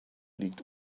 liegt